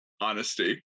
honesty